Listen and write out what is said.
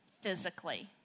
physically